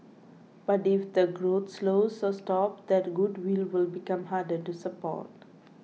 but if the growth slows or stops that goodwill will become harder to support